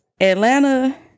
Atlanta